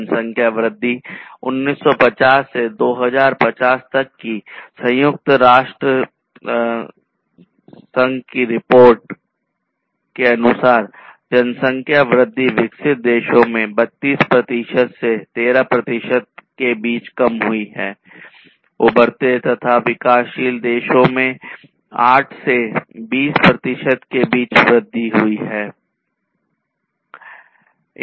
जनसंख्या वृद्धि 1950 से 2050 तक की संयुक्त राष्ट्र की रिपोर्ट के अनुसार जनसंख्या वृद्धि विकसित देशों में 32 प्रतिशत से 13 प्रतिशत के बीच कम हुई है उभरते तथा विकासशील देशों में 8 से 20 प्रतिशत के बीच वृद्धि हुई है